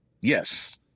yes